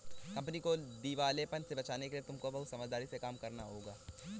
company को दिवालेपन से बचाने हेतु तुमको बहुत समझदारी से काम करना होगा